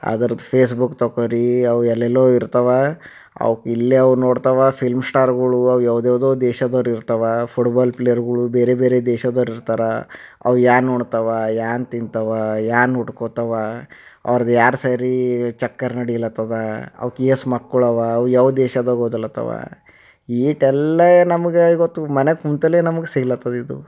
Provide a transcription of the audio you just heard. ಅದ್ರದ್ದು ಫೇಸ್ಬುಕ್ ತಗೋರಿ ಅವು ಎಲ್ಲೆಲ್ಲೋ ಇರ್ತವೆ ಅವು ಇಲ್ಲೇ ಅವು ನೋಡ್ತವೆ ಫಿಲ್ಮ್ ಸ್ಟಾರ್ಗಳು ಅವು ಯಾವ್ಯಾವುದೋ ದೇಶದವ್ರು ಇರ್ತವೆ ಫುಟ್ಬಾಲ್ ಪ್ಲೇಯರ್ಗಳು ಬೇರೆ ಬೇರೆ ದೇಶದವ್ರು ಇರ್ತಾರ ಅವು ಏನ್ ಉಣ್ತವೆ ಏನ್ ತಿಂತವೆ ಏನ್ ಉಟ್ಕೋತವೆ ಅವ್ರ್ದು ಯಾರ ಸೇರಿ ಚಕ್ಕರ್ ನಡಿಲತ್ತದ ಅವುಕ್ಕ ಏಸು ಮಕ್ಕಳವೆ ಅವು ಯಾವ್ ದೇಶದಾಗ ಓದಲತ್ತವೆ ಈಟೆಲ್ಲ ನಮಗ ಗೊತ್ತು ಮನೆಗೆ ಕೂತಲ್ಲೇ ನಮ್ಗೆ ಸಿಗ್ಲತ್ತದಿದು